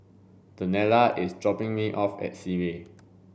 Daniela is dropping me off at Simei